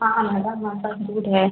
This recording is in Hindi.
हाँ मैडम हमारे पास दूध है